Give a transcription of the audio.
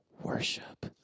worship